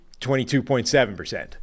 22.7%